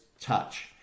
touch